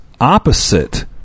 opposite